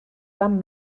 van